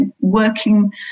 working